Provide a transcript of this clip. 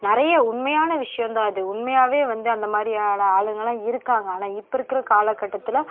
நிறைய உண்மையான விஷயோம் தான் அது உண்மையாகவே வந்து அந்த மாதிரியான ஆளுங்க எல்லாம் இருக்காங்க ஆனால் இப்போ இருக்கிற காலக்கட்டத்தில்